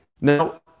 Now